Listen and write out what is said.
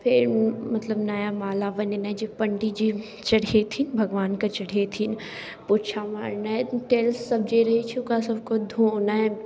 फेर मतलब नया माला बनेनाइ जे पण्डिजी चढ़ेथिन भगवानके चढ़ेथिन पोछा मारनाइ टाइल्स सब जे रहैत छै ओकरासबके धोनाइ